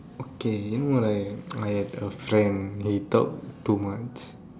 okay you know what I I have a friend he talk too much